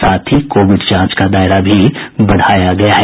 साथ ही कोविड जांच का दायरा भी बढ़ाया गया है